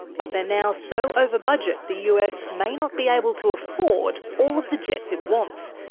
but they're now so over budget, the us may not be able to afford all of the jets it wants,